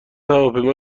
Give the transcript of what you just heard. هواپیما